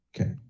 okay